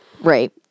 right